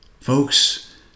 Folks